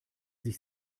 sich